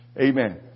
Amen